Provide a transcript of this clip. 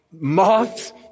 moths